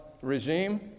regime